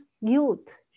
youth